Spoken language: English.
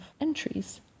entries